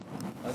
היה טוב יותר.